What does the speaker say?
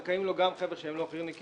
זכאים לו גם חבר'ה שהם לא חי"רניקים,